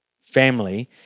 family